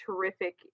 terrific